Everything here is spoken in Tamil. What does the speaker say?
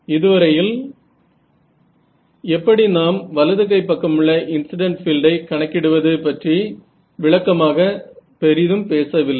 இதுவரையில் எப்படி நாம் வலது கை பக்கமுள்ள இன்சிடன்ட் பீல்டை கணக்கிடுவது பற்றி விளக்கமாக நாம் பெரிதும் பேசவில்லை